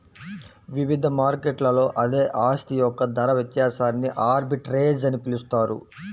వివిధ మార్కెట్లలో అదే ఆస్తి యొక్క ధర వ్యత్యాసాన్ని ఆర్బిట్రేజ్ అని పిలుస్తారు